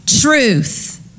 truth